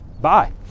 Bye